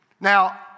Now